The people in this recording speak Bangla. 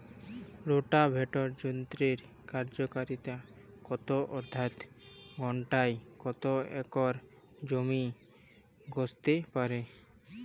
রোটাভেটর যন্ত্রের কার্যকারিতা কত অর্থাৎ ঘণ্টায় কত একর জমি কষতে পারে?